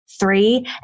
three